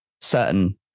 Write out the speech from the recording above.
certain